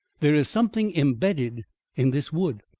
there is something embedded in this wood.